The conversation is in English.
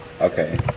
okay